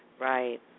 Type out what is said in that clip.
Right